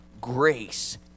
grace